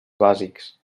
bàsics